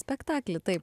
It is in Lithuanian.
spektaklį taip